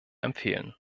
empfehlen